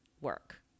work